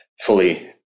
fully